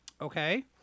Okay